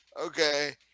okay